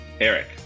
Eric